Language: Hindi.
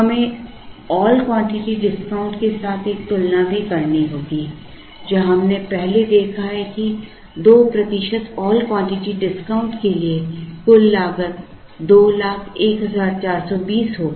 हमें ऑल क्वांटिटी डिस्काउंट के साथ एक तुलना भी करनी होगी जहां हमने पहले देखा है कि 2 प्रतिशत ऑल क्वांटिटी डिस्काउंट के लिए कुल लागत 201420 हो गई